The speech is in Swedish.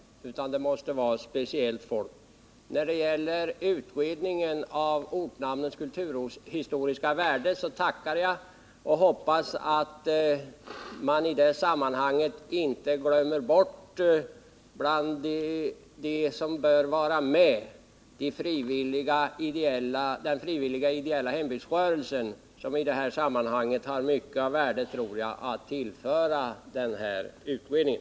Man måste då ha särskild personal härför. Beträffande utredningen av ortnamnens kulturhistoriska värde så tackar jag för den och hoppas att man i det sammanhanget inte glömmer bort dem som bör vara med, t.ex. den fria ideella hembygdsrörelsen, som jag tror har mycket av värde att tillföra utredningen.